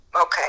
okay